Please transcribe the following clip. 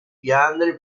fiandre